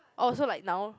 orh so like now